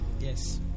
yes